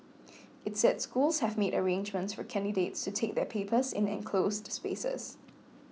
it said schools have made arrangements for candidates to take their papers in enclosed spaces